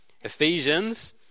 Ephesians